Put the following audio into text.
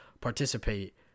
participate